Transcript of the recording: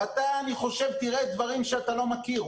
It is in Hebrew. ואני חושב שאתה תראה דברים שאתה לא מכיר.